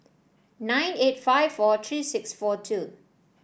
nine eight five four three six four two